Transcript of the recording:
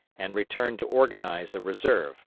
and returned to organize a reserve.